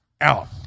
out